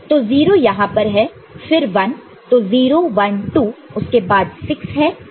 तो 0 यहां पर फिर 1 तो 0 1 2 उसके बाद 6 है